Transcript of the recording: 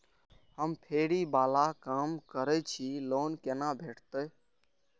हम फैरी बाला काम करै छी लोन कैना भेटते?